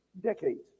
Decades